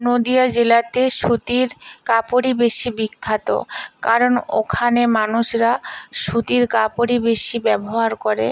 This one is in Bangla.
নদীয়া জেলাতে সুতির কাপড়ই বেশি বিখ্যাত কারণ ওখানে মানুষরা সুতির কাপড়ই বেশি ব্যবহার করে